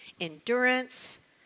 endurance